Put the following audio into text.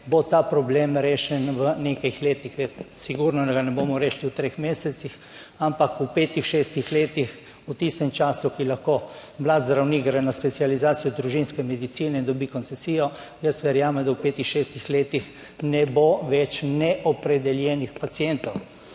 bo ta problem rešen v nekaj letih, sigurno, da ga ne bomo rešili v treh mesecih, ampak v petih, šestih letih, v tistem času, ko lahko mlad zdravnik gre na specializacijo družinske medicine in dobi koncesijo, jaz verjamem, da v petih, šestih letih ne bo več neopredeljenih pacientov.